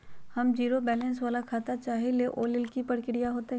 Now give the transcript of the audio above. हम zero balance वाला खाता चाहइले वो लेल की की प्रक्रिया होतई?